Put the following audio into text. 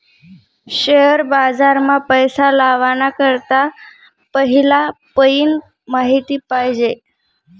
share बाजार मा पैसा लावाना करता पहिला पयीन माहिती पायजे